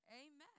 amen